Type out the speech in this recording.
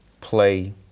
play